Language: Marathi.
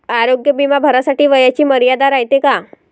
आरोग्य बिमा भरासाठी वयाची मर्यादा रायते काय?